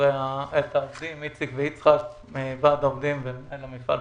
כאן איציק דהן מוועד העובדים ויצחק מלכה.